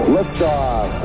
Liftoff